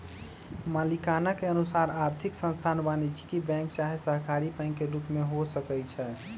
मलिकाना के अनुसार आर्थिक संस्थान वाणिज्यिक बैंक चाहे सहकारी बैंक के रूप में हो सकइ छै